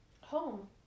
Home